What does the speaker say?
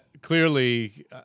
clearly